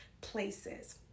places